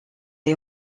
les